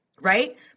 right